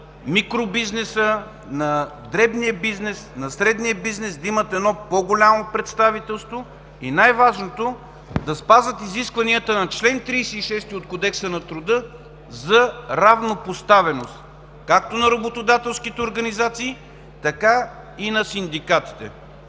на микробизнеса, на дребния бизнес, на средния бизнес да имат едно по-голямо представителство, и най-важното – да спазват изискванията на чл. 36 от Кодекса на труда за равнопоставеност както на работодателските организации, така и на синдикатите.